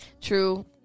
true